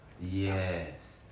Yes